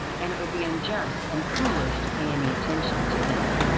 and it would be unjust and foolish to pay any attention to them.